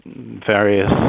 various